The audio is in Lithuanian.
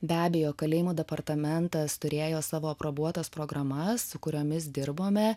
be abejo kalėjimo departamentas turėjo savo aprobuotas programas su kuriomis dirbome